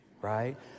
right